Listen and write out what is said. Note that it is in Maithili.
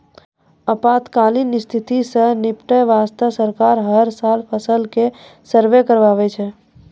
आपातकालीन स्थिति सॅ निपटै वास्तॅ सरकार हर साल फसल के सर्वें कराबै छै